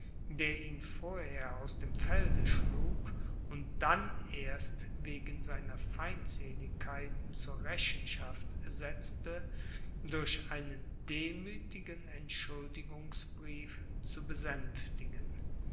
der ihn vorher aus dem felde schlug und dann erst wegen seiner feindseligkeiten zur rechenschaft setzte durch einen demüthigen entschuldigungsbrief zu besänftigen